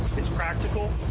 it's practical,